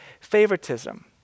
favoritism